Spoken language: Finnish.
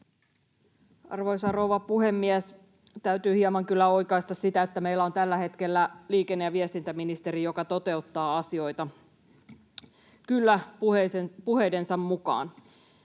Arvoisa rouva puhemies! Täytyy hieman kyllä oikaista sitä, että meillä on tällä hetkellä liikenne- ja viestintäministeri, joka toteuttaa asioita. Kyllä, puheidensa mukaan.